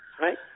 Right